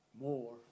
more